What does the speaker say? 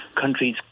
countries